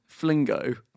flingo